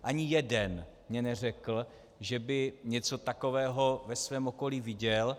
Ani jeden mi neřekl, že by něco takového ve svém okolí viděl.